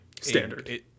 Standard